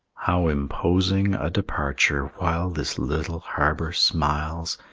how imposing a departure, while this little harbor smiles,